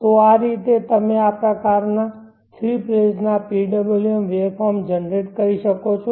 તો આ રીતે તમે આ પ્રકારના થ્રી ફેઝ ના PWM વેવફોર્મ જનરેટ કરી શકો છો